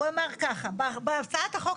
הוא אמר ככה: בהצעת החוק